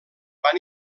van